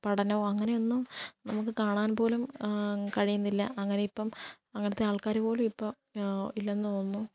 പഠനവും അങ്ങനെയൊന്നും നമുക്ക് കാണാൻ പോലും കഴിയുന്നില്ല അങ്ങനെ ഇപ്പം അങ്ങനത്തെ ആൾക്കാര് പോലും ഇപ്പം ഇല്ലെന്ന് തോന്നുന്നു